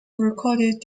recorded